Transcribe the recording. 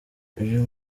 uyu